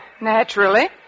Naturally